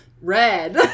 Red